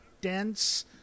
dense